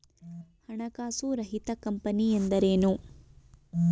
ಹಣಕಾಸು ರಹಿತ ಕಂಪನಿ ಎಂದರೇನು?